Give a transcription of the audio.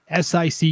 sic